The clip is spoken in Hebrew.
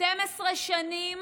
12 שנים